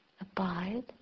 abide